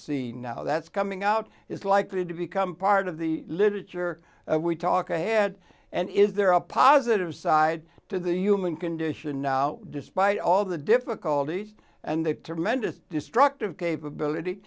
see now that's coming out is likely to become part of the literature we talk i had and is there a positive side to the human condition now despite all the difficulties and the mendus destructive capability